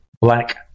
Black